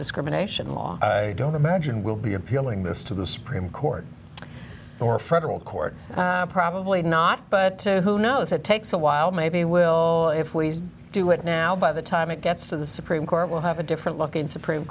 nondiscrimination law i don't imagine we'll be appealing this to the supreme court or federal court probably not but who knows it takes a while maybe we'll if we do it now by the time it gets to the supreme court we'll have a different look in supreme